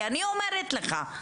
אני אומרת לך: